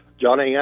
Johnny